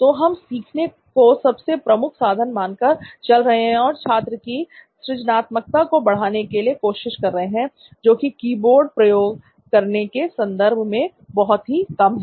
तो हम सीखने को सबसे प्रमुख साधन मानकर चल रहे हैं और छात्र की सृजनात्मकता को बढ़ाने की कोशिश कर रहे हैं जोकि कीबोर्ड प्रयोग करने के संदर्भ में बहुत ही कम है